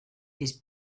his